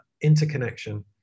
interconnection